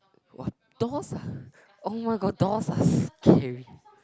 !wah! dolls ah oh-my-god dolls are scary